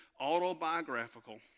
autobiographical